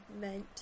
meant